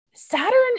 Saturn